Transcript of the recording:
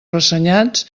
ressenyats